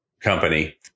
company